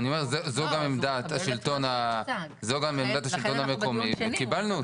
זו גם עמדת השלטון המקומי וקיבלנו אותה.